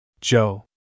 Joe